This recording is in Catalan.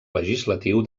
legislatiu